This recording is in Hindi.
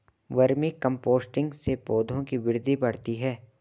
वर्मी कम्पोस्टिंग से पौधों की वृद्धि बढ़ती है